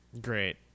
Great